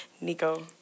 Nico